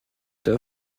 der